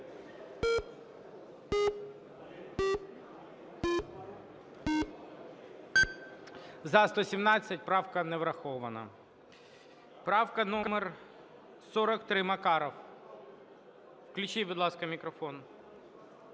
За-117 Правка не врахована. Правка номер 43, Макаров. Включіть, будь ласка, мікрофон.